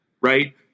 Right